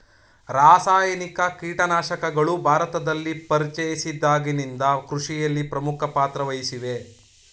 ರಾಸಾಯನಿಕ ಕೀಟನಾಶಕಗಳು ಭಾರತದಲ್ಲಿ ಪರಿಚಯಿಸಿದಾಗಿನಿಂದ ಕೃಷಿಯಲ್ಲಿ ಪ್ರಮುಖ ಪಾತ್ರ ವಹಿಸಿವೆ